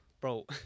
Bro